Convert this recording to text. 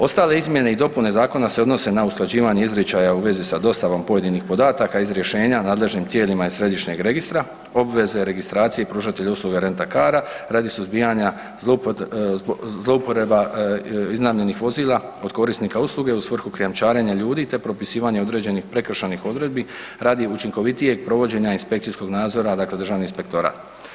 Ostale izmjene i dopune zakona se odnose na usklađivanje izričaja u vezi sa dostavom pojedinih podataka iz rješenja nadležnim tijelima iz središnjeg registra, obveze registracije i pružatelja usluga rent-a-cara radi suzbijanja zlouporaba iznajmljenih vozila od korisnika usluge u svrhu krijumčarenja ljudi, te propisivanje određenih prekršajnih odredbi radi učinkovitijeg provođenja inspekcijskog nadzora, dakle državni inspektorat.